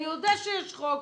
אני יודע שיש חוק.